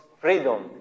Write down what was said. freedom